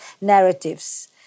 narratives